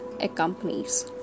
accompanies